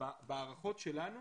ובהערכות שלנו